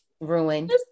Ruined